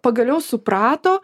pagaliau suprato